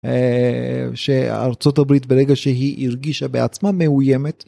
שארצות הברית ברגע שהיא הרגישה בעצמה מאויימת.